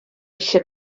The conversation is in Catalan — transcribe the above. eixe